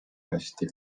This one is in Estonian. hästi